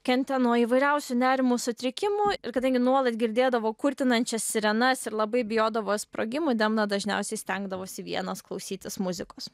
kentė nuo įvairiausių nerimo sutrikimų kadangi nuolat girdėdavo kurtinančias sirenas ir labai bijodavo sprogimų demna dažniausiai stengdavosi vienas klausytis muzikos